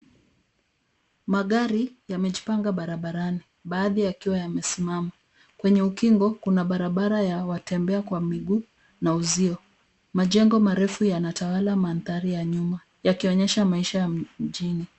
Magari yamejipanga barabarani baadhi yakiwa yamesimama. Kwenye ukingo, kuna barabara ya watembea kwa miguu na uzio. Majengo marefu yanatawala mandhari ya nyuma yakionyesha maisha ya mjini.